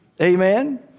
Amen